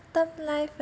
term life